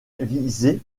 est